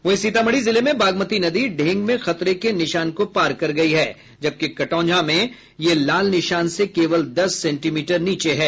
वहीं सीतामढ़ी जिले में बागमती नदी ढ़ेंग में खतरे के निशान को पार कर गयी है जबकि कटौंझा में यह लाल निशान से केवल दस सेंटीमीटर नीचे हैं